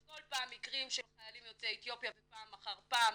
כל פעם מקרים של חיילים יוצאי אתיופיה ופעם אחר פעם,